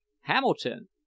Hamilton